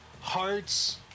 Hearts